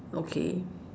okay